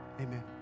Amen